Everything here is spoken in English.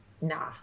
nah